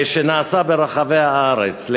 שנעשה ברחבי הארץ,